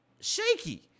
shaky